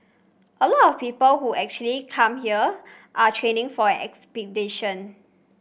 a lot of people who actually come here are training for an expedition